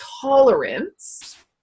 tolerance